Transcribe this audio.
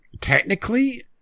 technically